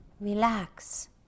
Relax